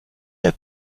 der